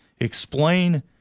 explain